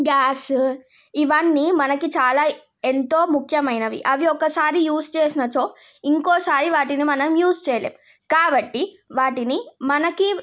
gas ఇవన్నీ మనకి చాలా ఎంతో ముఖ్యమైనవి అవి ఒక్కసారి యూస్ చేసినచో ఇంకోసారి వాటిని మనం యూస్ చేయలేము కాబట్టి వాటిని మనకి